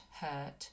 hurt